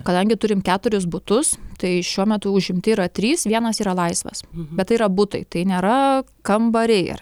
kadangi turim keturis butus tai šiuo metu užimti yra trys vienas yra laisvas bet tai yra butai tai nėra kambariai ar